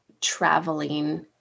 traveling